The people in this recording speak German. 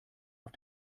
auf